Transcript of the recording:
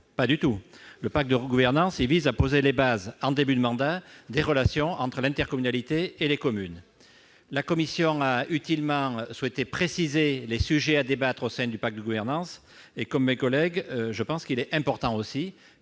territoire. Le pacte de gouvernance vise à poser en début de mandat les bases des relations entre l'intercommunalité et les communes. La commission a utilement souhaité préciser les sujets à débattre au sein du pacte de gouvernance. Comme mes collègues, je pense qu'il est important qu'à